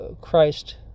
Christ